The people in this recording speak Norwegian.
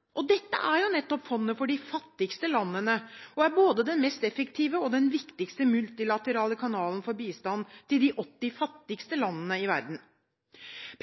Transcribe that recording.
utviklingsfondet. Dette er nettopp fondet for de fattigste landene og er både den mest effektive og viktigste multilaterale kanalen for bistand til de 80 fattigste landene i verden.